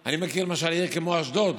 שאני מכיר למשל עיר כמו אשדוד.